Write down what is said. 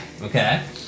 Okay